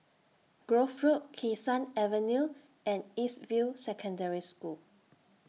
Grove Road Kee Sun Avenue and East View Secondary School